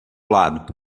lado